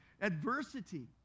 adversity